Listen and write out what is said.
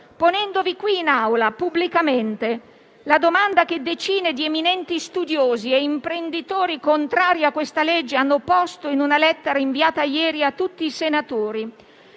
ponendovi qui in Aula, pubblicamente, la domanda che decine di eminenti studiosi e imprenditori contrari a questa legge hanno posto in una lettera inviata ieri a tutti i senatori.